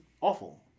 awful